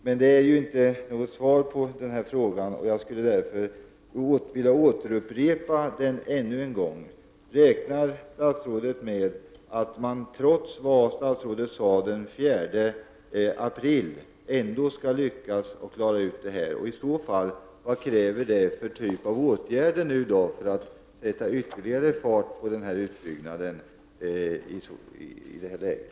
Men detta är inte något svar. Jag vill därför upprepa frågan ännu en gång: Räknar statsrådet med — trots det som statsrådet sade den 4 april — att man ändå skall lyckas att uppnå målet? Vilka åtgärder krävs det i så fall för att sätta ytterligare fart på utbyggnaden i detta läge?